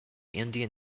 indian